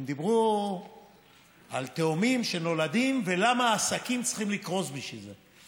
הם דיברו על תאומים שנולדים ולמה העסקים צריכים לקרוס בשביל זה,